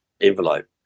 envelope